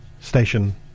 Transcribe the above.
station